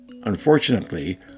Unfortunately